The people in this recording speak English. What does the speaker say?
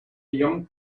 young